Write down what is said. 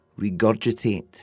regurgitate